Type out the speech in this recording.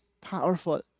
powerful